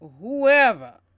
whoever